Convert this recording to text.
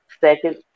Second